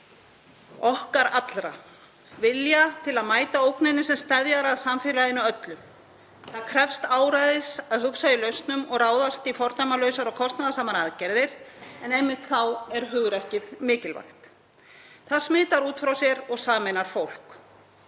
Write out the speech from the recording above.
okkar allra, vilja til að mæta ógninni sem steðjar að samfélaginu öllu. Það krefst áræðis að hugsa í lausnum og ráðast í fordæmalausar og kostnaðarsamar aðgerðir, en einmitt þá er hugrekkið mikilvægt. Það smitar út frá sér og sameinar fólk.